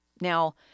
Now